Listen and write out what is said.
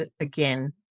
again